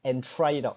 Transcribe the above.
and try it out